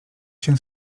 się